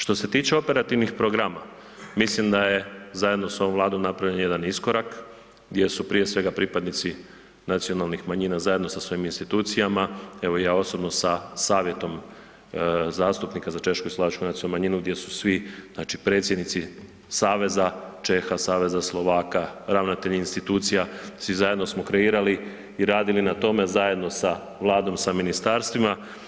Što se tiče operativnih programa, mislim da je zajedno s ovom Vladom napravljen jedan iskorak gdje su prije svega pripadnici nacionalnih manjina zajedno sa svojim institucijama, evo i ja osobno sa savjetom zastupnika za češku i slovačku nacionalnu manjinu, gdje su svi, znači predsjednici saveza Čeha, saveza Slovaka, ravnatelji institucija, svi zajedno smo kreirali i radili na tome zajedno sa Vladom, sa ministarstvima.